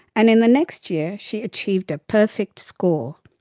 and in the next year, she achieved a perfect score.